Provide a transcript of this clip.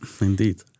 indeed